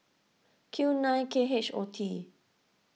Q nine K H O T